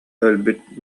өлбүт